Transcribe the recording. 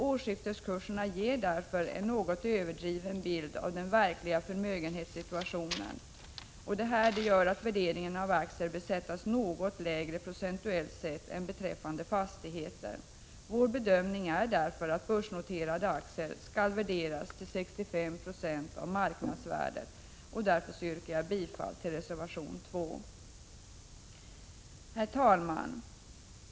Årsskifteskurserna ger därför en något överdriven bild av den verkliga förmögenhetssituationen. Detta gör att värderingen av aktier bör sättas något lägre procentuellt sett än beträffande fastigheter. Vår bedömning är därför att börsnoterade aktier skall värderas till 65 76 av marknadsvärdet. Jag yrkar därför bifall till reservation 2. Herr talman!